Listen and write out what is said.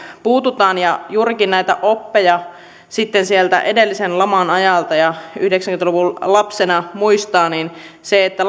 puututaan juurikin näitä oppeja sieltä edellisen laman ajalta yhdeksänkymmentä luvun lapsena muistaa on se että